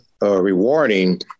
rewarding